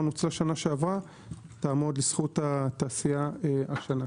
נוצלה שנה שעברה על תעמוד לזכות התעשייה השנה.